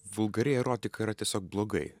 vulgari erotika yra tiesiog blogai